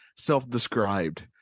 Self-described